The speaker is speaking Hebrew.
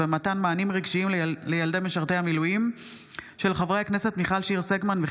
בהצעתם של חברי הכנסת אושר שקלים,